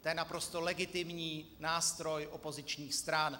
To je naprosto legitimní nástroj opozičních stran.